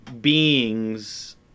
beings